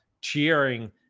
cheering